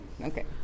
Okay